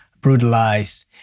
brutalized